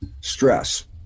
stress